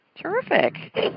Terrific